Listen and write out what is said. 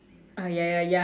oh ya ya ya